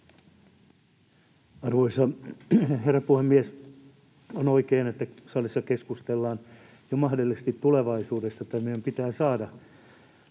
Arvoisa herra puhemies! On oikein, että salissa keskustellaan jo mahdollisesta tulevaisuudesta ja siitä, että meidän pitää saada